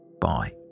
bye